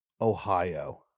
Ohio